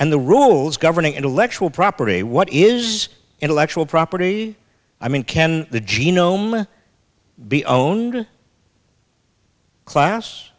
and the rules governing intellectual property what is intellectual property i mean can the genome be own class